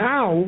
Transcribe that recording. Now